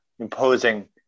imposing